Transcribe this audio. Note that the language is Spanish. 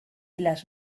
las